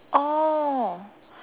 oh